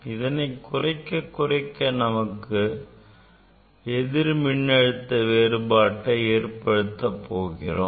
இதனை குறைக்க தான் நாம் எதிர் மின்அழுத்த வேறுபாட்டை ஏற்படுத்தப் போகிறோம்